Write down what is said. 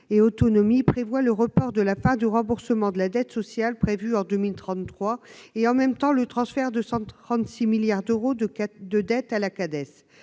organique prévoit le report de la fin du remboursement de la dette sociale prévue en 2033 et, en même temps, le transfert de 136 milliards d'euros de dette à la Cades.